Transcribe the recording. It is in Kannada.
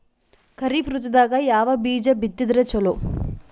ಖರೀಫ್ ಋತದಾಗ ಯಾವ ಬೀಜ ಬಿತ್ತದರ ಚಲೋ?